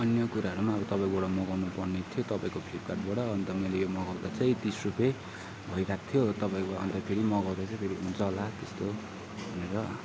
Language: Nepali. अन्य कुराहरू पनि अब तपाईँकोबाट मगाउनुपर्ने थियो तपाईँको फ्लिपकार्टबाट अन्त मैले यो मगाउँदा चाहिँ तिस रुपियाँ भइरहेको थियो तपाईँको अन्त फेरि मगाउँदा चाहिँ फेरि हुन्छ होला त्यस्तो भनेर